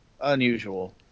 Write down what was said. unusual